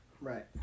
Right